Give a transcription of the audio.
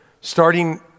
starting